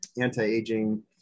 anti-aging